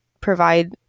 provide